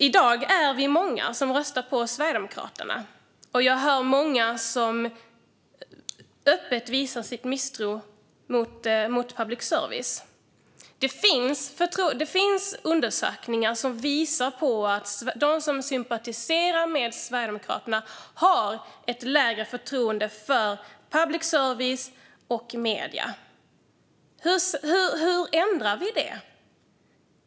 I dag är vi många som röstar på Sverigedemokraterna, och det är många som öppet visar sin misstro mot public service. Det finns undersökningar som visar att de som sympatiserar med Sverigedemokraterna har ett lägre förtroende för public service och medier. Hur ändrar vi det?